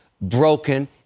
broken